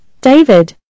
David